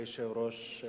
כבוד היושב-ראש,